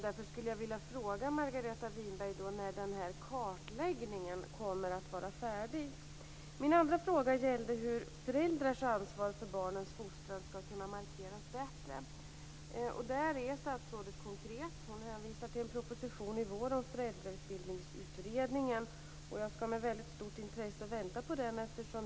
Därför skulle jag vilja fråga Margareta Winberg när den kartläggningen kommer att vara färdig. Min andra fråga gällde hur föräldrars ansvar för barnens fostrans skall kunna markeras bättre. Där är statsrådet konkret. Hon hänvisar till en proposition i vår om Föräldrautbildningsutredningen. Jag skall med väldigt stort intresse vänta på den.